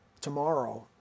tomorrow